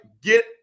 get